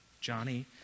Johnny